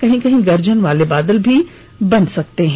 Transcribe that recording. कहीं कहीं गर्जन वाले बादल भी बन सकते हैं